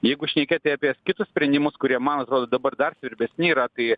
jeigu šnekėti apie kitus sprendimus kurie man atrodo dabar dar svarbesni yra tai